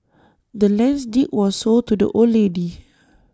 the land's deed was sold to the old lady